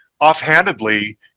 offhandedly